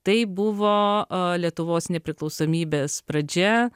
tai buvo a lietuvos nepriklausomybės pradžia